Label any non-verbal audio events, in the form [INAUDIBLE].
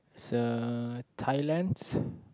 uh Thailands [BREATH]